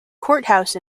courthouse